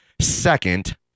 second